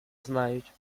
знають